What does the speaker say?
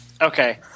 Okay